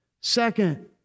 Second